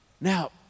Now